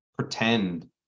pretend